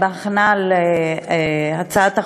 בהכנת הצעת החוק,